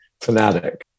fanatic